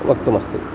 वक्तुम् अस्ति